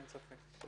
אין ספק.